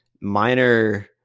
minor